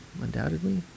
undoubtedly